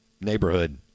neighborhood